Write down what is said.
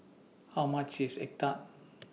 How much IS Egg Tart